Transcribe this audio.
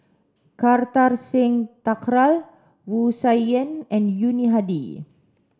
Kartar Singh Thakral Wu Tsai Yen and Yuni Hadi